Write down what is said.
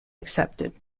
accepted